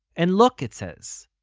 and look, it says,